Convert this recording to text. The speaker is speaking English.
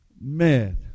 Man